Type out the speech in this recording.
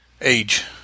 Age